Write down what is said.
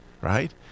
right